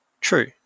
true